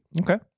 Okay